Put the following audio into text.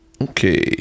Okay